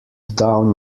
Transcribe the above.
down